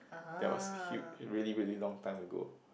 that was huge really really long time ago